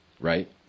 Right